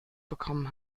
bekommen